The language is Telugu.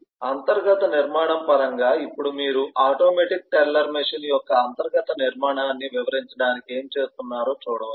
కాబట్టి అంతర్గత నిర్మాణం పరంగా ఇప్పుడు మీరు ఆటోమేటిక్ టెల్లర్ మెషీన్ యొక్క అంతర్గత నిర్మాణాన్ని వివరించడానికి ఏమి చేస్తున్నారో చూడవచ్చు